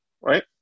right